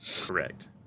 Correct